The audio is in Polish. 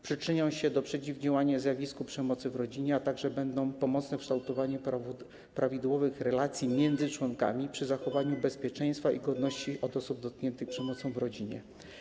Przyczynią się do przeciwdziałania zjawisku przemocy w rodzinie, a także będą pomocne w kształtowaniu prawidłowych relacji między członkami, przy zachowaniu bezpieczeństwa i godności osób dotkniętych przemocą w rodzinie.